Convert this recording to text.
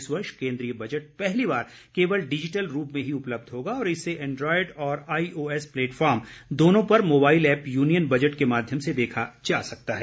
इस वर्ष केन्द्रीय बजट पहली बार केवल डिजिटल रूप में ही उपब्लध होगा और इसे एंड्रोइड और आईओएस प्लेटफॉर्म दोनों पर मोबाइल ऐप यूनियन बजट के माध्यम से देखा जा सकता है